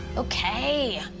okay.